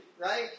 right